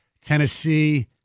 Tennessee